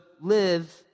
live